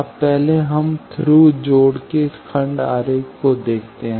अब पहले हम थ्रू जोड़ के खंड आरेख को देखते हैं